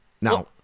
now